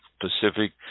Pacific